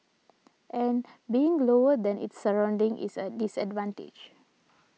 and being lower than its surroundings is a disadvantage